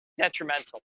detrimental